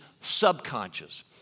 subconscious